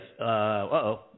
uh-oh